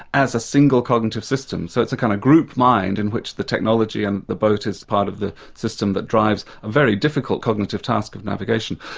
as a single cognitive system, so it's a kind of a group mind in which the technology and the boat is part of the system that drives a very difficult cognitive task of navigation.